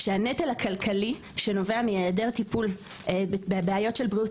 שהנטל הכלכלי שנובע מהעדר טיפול בבעיות של בריאות